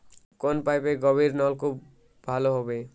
কোন পাইপে গভিরনলকুপ ভালো হবে?